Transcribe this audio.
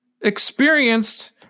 experienced